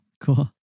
cool